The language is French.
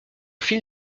fil